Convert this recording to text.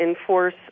enforce